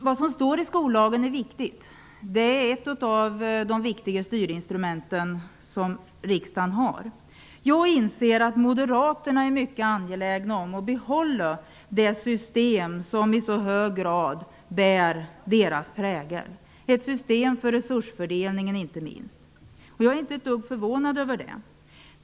Det som står i skollagen är viktigt. Den är en av de viktigaste styrinstrument som riksdagen har. Jag inser att Moderaterna är mycket angelägna om att behålla det system som i så hög grad bär deras prägel, inte minst systemet för resursfördelning. Jag är inte ett dugg förvånad över detta.